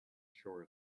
shore